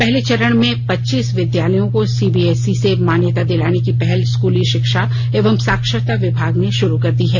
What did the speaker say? पहले चरण में पच्चीस विद्यालयों को सीबीएसई से मान्यता दिलाने की पहल स्कूली शिक्षा एवं साक्षरता विभाग ने शुरू कर दी है